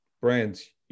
brands